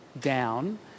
down